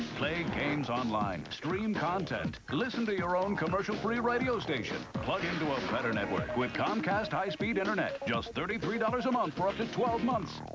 play games online, stream content, listen to your own commercial-free radio station. plug into a better network with comcast high-speed internet. just thirty three dollars a month for up to twelve months.